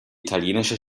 italienische